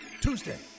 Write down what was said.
Tuesday